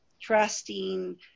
trusting